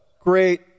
great